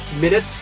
minute